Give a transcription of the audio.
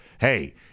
hey